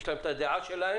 יש להם רק את הדעה שלהם.